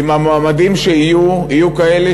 ויבחן אם המועמדים שיהיו יהיו כאלה